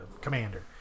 commander